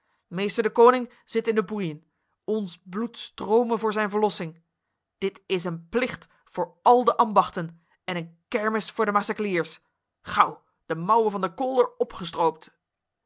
meester deconinck zit in de boeien ons bloed strome voor zijn verlossing dit is een plicht voor al de ambachten en een kermis voor de macecliers gauw de mouwen van de kolder opgestroopt